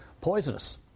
poisonous